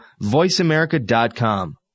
VoiceAmerica.com